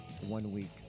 one-week